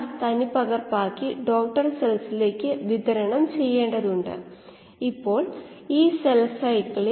ഒരു ഇൻപുട്ട് ഉണ്ട് സബ്സ്ട്രേറ്റിന്റെ ഔട്ട്പുട്ട്ഉണ്ട്